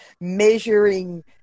measuring